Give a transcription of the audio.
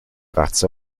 razza